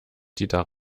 dieter